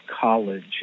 college